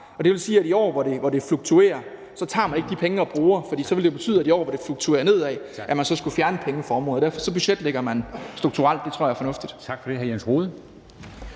Det vil sige, at i år, hvor det fluktuerer den ene vej, tager man ikke de penge og bruger dem, for så vil det betyde, at i år, hvor det fluktuerer den anden vej, skal man igen tage penge fra området. Derfor budgetlægger man strukturelt. Det tror jeg er fornuftigt. Kl. 09:44 Formanden